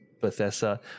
Bethesda